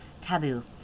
taboo